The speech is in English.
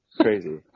Crazy